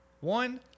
One